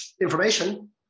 information